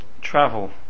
Travel